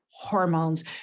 Hormones